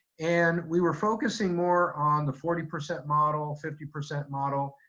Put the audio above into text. and we were focusing more on the forty percent model, fifty percent model,